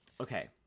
Okay